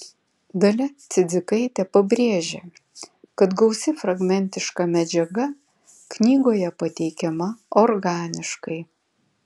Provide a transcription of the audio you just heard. dalia cidzikaitė pabrėžė kad gausi fragmentiška medžiaga knygoje pateikiama organiškai